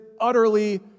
utterly